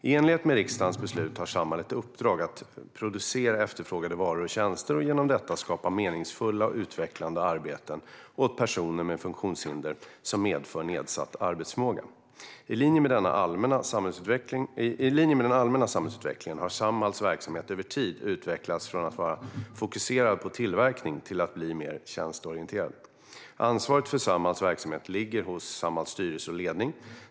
I enlighet med riksdagens beslut har Samhall ett uppdrag att producera efterfrågade varor och tjänster och genom detta skapa meningsfulla och utvecklande arbeten åt personer med funktionshinder som medför nedsatt arbetsförmåga. I linje med den allmänna samhällsutvecklingen har Samhalls verksamhet över tid utvecklats från att vara fokuserad på tillverkning till att bli mer tjänsteorienterad. Ansvaret för Samhalls verksamhet ligger hos Samhalls styrelse och ledning.